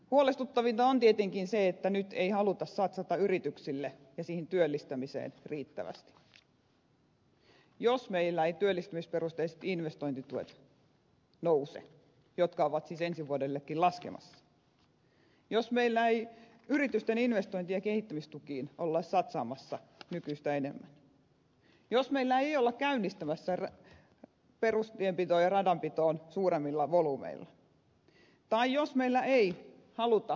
huolestuttavinta on tietenkin se että nyt ei haluta satsata yrityksille ja työllistämiseen riittävästi jos meillä eivät työllistämisperusteiset investointituet nouse jotka ovat siis ensi vuodellekin laskemassa jos meillä ei yritysten investointi ja kehittämistukiin olla satsaamassa nykyistä enemmän jos meillä ei olla käynnistämässä perustienpitoon ja radanpitoon suuremmilla volyymeilla tai jos meillä ei haluta korjausrakentamista vauhdittaa